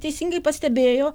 teisingai pastebėjo